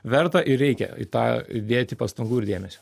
verta ir reikia į tą dėti pastangų ir dėmesio